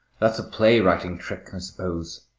that's a play-writing trick, i suppose,